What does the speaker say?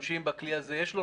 לכלי הזה יש